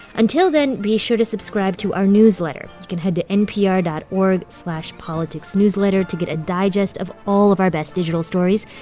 until then, be sure to subscribe to our newsletter. you can head to npr dot org slash politicsnewsletter to get a digest of all of our best digital stories.